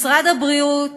משרד הבריאות